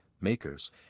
makers